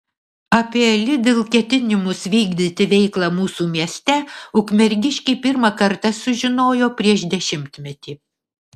apie lidl ketinimus vykdyti veiklą mūsų mieste ukmergiškiai pirmą kartą sužinojo prieš dešimtmetį